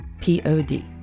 P-O-D